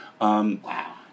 Wow